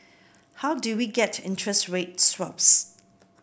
how do we get interest rate swaps